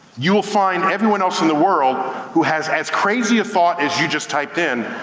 you will find everyone else in the world who has as crazy a thought as you just typed in,